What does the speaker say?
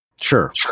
Sure